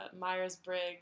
Myers-Briggs